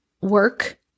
work